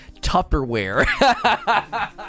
Tupperware